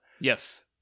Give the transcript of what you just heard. yes